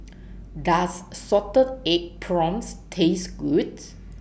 Does Salted Egg Prawns Taste goods